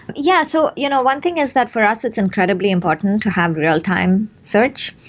yeah. so you know one thing is that for us, it's incredibly important to have real-time search,